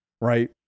right